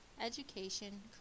education